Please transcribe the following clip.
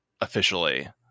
officially